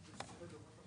אושר ההסתייגות לא התקבלה.